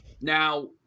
Now